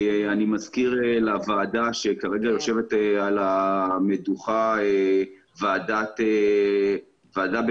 אני מזכיר לוועדה שכרגע יושבת על המדוכה ועדה בראשותה